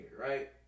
right